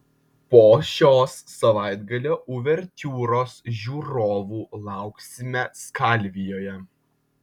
po šios savaitgalio uvertiūros žiūrovų lauksime skalvijoje